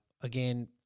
again